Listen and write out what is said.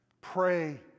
Pray